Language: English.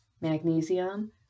magnesium